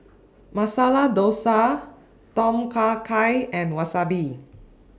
Masala Dosa Tom Kha Gai and Wasabi